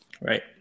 Right